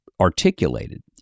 articulated